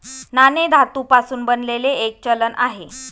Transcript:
नाणे धातू पासून बनलेले एक चलन आहे